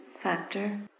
Factor